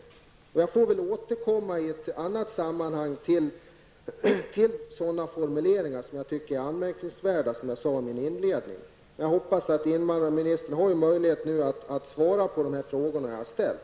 Som jag sade i min inledning finner jag sådana formuleringar vara anmärkningsvärda. Jag får väl återkomma till dem i ett annat sammanhang. Invandrarministern har nu möjlighet att svara på de frågor jag har ställt.